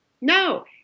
no